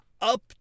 up